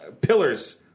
pillars